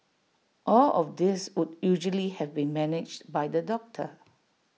all of this would usually have been managed by the doctor